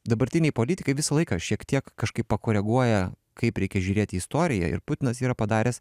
dabartiniai politikai visą laiką šiek tiek kažkaip pakoreguoja kaip reikia žiūrėti į istoriją ir putinas yra padaręs